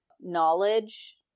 knowledge